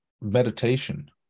meditation